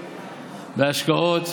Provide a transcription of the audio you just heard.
הסיעות,